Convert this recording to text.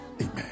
Amen